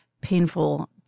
painful